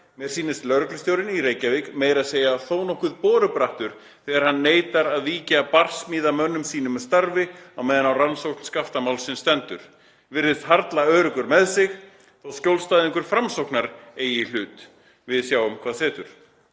Mér sýnist lögreglustjórinn í Reykjavík meiraðsegja þónokkuð borubrattur þegar hann neitar að víkja barsmíðamönnum sínum úr starfi meðan á rannsókn Skaftamálsins stendur. Virðist harla öruggur með sig þó skjólstæðingur framsóknar eigi í hlut. Við sjáum hvað setur.